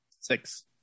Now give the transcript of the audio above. Six